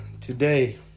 today